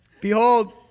Behold